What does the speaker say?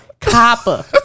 Copper